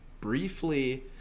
briefly